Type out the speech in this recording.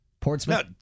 Portsmouth